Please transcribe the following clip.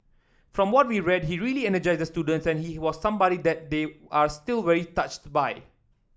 from what we read he really energised the student and he was somebody that they are still very touched by